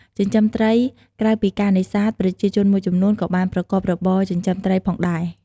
ចិញ្ចឹមត្រី ក្រៅពីការនេសាទ ប្រជាជនមួយចំនួនក៏បានប្រកបរបរ ចិញ្ចឹមត្រី ផងដែរ។